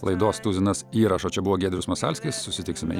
laidos tuzinas įrašo čia buvo giedrius masalskis susitiksime